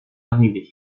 arrivés